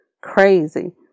crazy